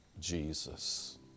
Jesus